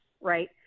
right